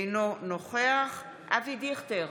אינו נוכח אבי דיכטר,